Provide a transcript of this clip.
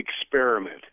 experiment